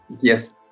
Yes